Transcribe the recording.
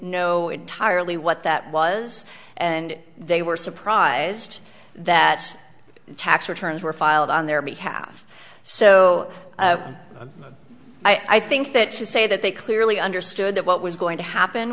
know entirely what that was and they were surprised that tax returns were filed on their behalf so i think that to say that they clearly understood that what was going to happen